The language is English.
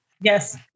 Yes